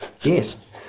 yes